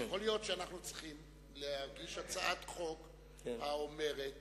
יכול להיות שאנחנו צריכים להגיש הצעת חוק האומרת